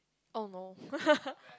oh no